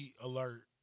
alert